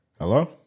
Hello